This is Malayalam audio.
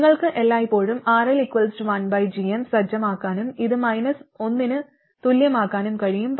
നിങ്ങൾക്ക് എല്ലായ്പ്പോഴും RL1gm സജ്ജമാക്കാനും ഇത് 1 ന് തുല്യമാക്കാനും കഴിയും